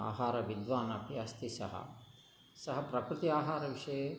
आहारविद्वान् अपि अस्ति सः सः प्रकृति आहारविषये